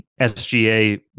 SGA